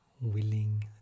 willing